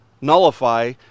nullify